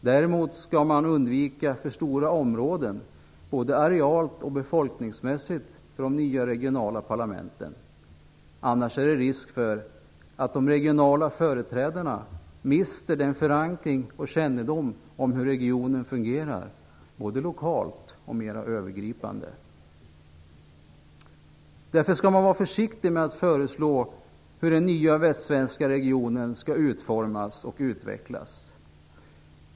Däremot skall man undvika för stora områden både arealt och befolkningsmässigt för de nya regionala parlamenten. Annars är det risk för att de regionala företrädarna mister förankring och kännedom som hur regionen fungerar både lokalt om mera övergripande. Därför skall man vara försiktig med att föreslå hur den nya västsvenska regionen skall utformas och utvecklas.